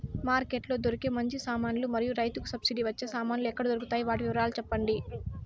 Market లో దొరికే మంచి సామాన్లు మరియు రైతుకు సబ్సిడి వచ్చే సామాన్లు ఎక్కడ దొరుకుతాయి? వాటి వివరాలు సెప్పండి?